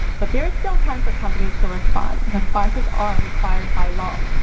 but there is still time for companies to respond. responses are required by law.